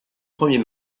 premier